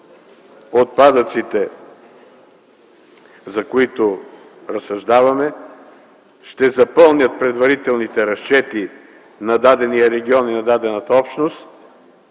отпадъците, за които разсъждаваме, ще запълнят предварителните разчети на дадения регион и на дадената общност